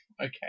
Okay